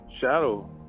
shadow